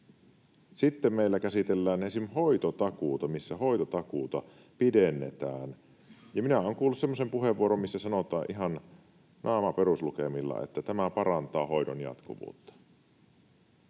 Sitten meillä käsitellään esim. hoitotakuuta, kun hoitotakuuta pidennetään. Minä olen kuullut semmoisen puheenvuoron, missä sanotaan ihan naama peruslukemilla, että tämä parantaa hoidon jatkuvuutta.